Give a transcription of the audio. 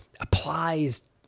applies